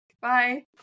Bye